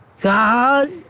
God